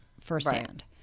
firsthand